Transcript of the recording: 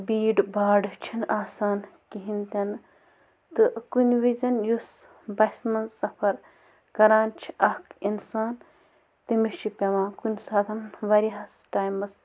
بھیٖڑ بھاڑ چھِنہٕ آسان کِہیٖنۍ تہِ نہٕ تہٕ کُنہِ وِزِ یُس بَسہِ منٛز سفر کران چھِ اَکھ اِنسان تٔمِس چھِ پٮ۪وان کُنہِ ساتہٕ واریاہَس ٹایمَس